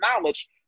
knowledge